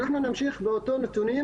אנחנו נמשיך באותם נתונים,